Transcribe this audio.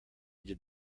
did